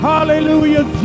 Hallelujah